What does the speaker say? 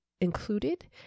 included